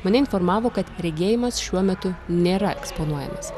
mane informavo kad regėjimas šiuo metu nėra eksponuojamas